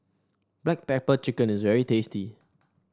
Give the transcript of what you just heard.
Black Pepper Chicken is very tasty